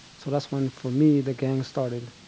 so that's when, for me, the gang started.